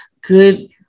good